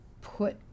put